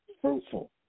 fruitful